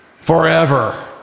forever